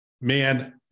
man